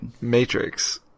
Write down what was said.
Matrix